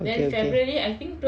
okay okay